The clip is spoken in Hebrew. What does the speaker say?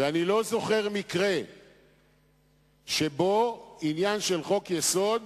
ואני לא זוכר מקרה שבו עניין של חוק-יסוד